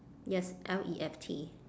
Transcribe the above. yes L E F T